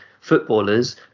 footballers